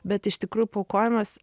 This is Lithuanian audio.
bet iš tikrųjų paaukojamas